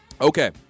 Okay